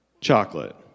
chocolate